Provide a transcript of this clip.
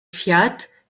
fiat